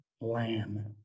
lamb